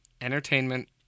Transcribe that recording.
entertainment